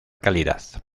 calidad